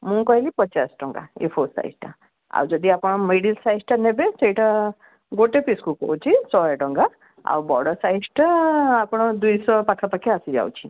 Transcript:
ମୁଁ କହିଲି ପଚାଶ ଟଙ୍କା ଏ ଫୋର୍ ସାଇଜ୍ଟା ଆଉ ଯଦି ଆପଣ ମିଡ଼ିଲ୍ ସାଇଜ୍ଟା ନେବେ ସେଇଟା ଗୋଟେ ପିସ୍କୁ କହୁଛି ଶହେ ଟଙ୍କା ଆଉ ବଡ଼ ସାଇଜ୍ଟା ଆପଣ ଦୁଇଶହ ପାଖାପାଖି ଆସିଯାଉଛି